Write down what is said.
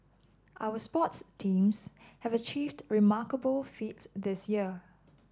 our sports teams have achieved remarkable feats this year